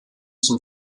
zum